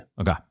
Okay